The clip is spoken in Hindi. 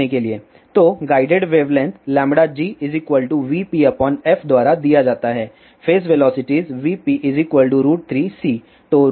तो गाइडेड वेवलेंथ gvpf द्वारा दिया जाता है फेज वेलोसिटीज vp3c